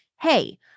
hey